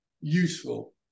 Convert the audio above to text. useful